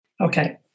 Okay